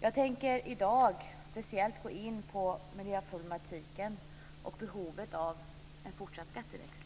Jag tänker i dag speciellt gå in på miljöproblematiken och behovet av en fortsatt skatteväxling.